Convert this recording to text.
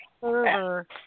server